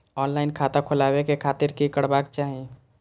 Online खाता खोलाबे के खातिर कि करबाक चाही?